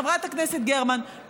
חברת הכנסת גרמן,